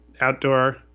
outdoor